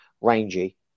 rangy